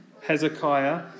Hezekiah